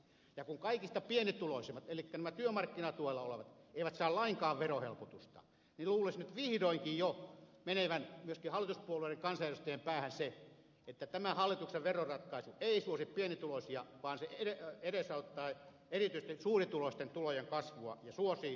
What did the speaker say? ja kun kaikista pienituloisimmat elikkä nämä työmarkkinatuella olevat eivät saa lainkaan verohelpotusta niin luulisi nyt vihdoinkin jo menevän myöskin hallituspuolueiden kansanedustajien päähän se että tämä hallituksen veroratkaisu ei suosi pienituloisia vaan se edesauttaa erityisesti suurituloisten tulojen kasvua ja suosii hyvätuloisia ihmisiä